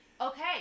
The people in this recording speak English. Okay